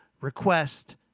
request